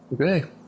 Okay